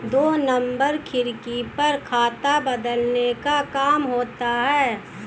दो नंबर खिड़की पर खाता बदलने का काम होता है